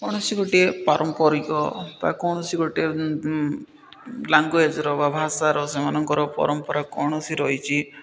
କୌଣସି ଗୋଟିଏ ପାରମ୍ପରିକ ବା କୌଣସି ଗୋଟିଏ ଲାଙ୍ଗୁଏଜ୍ର ବା ଭାଷାର ସେମାନଙ୍କର ପରମ୍ପରା କୌଣସି ରହିଛି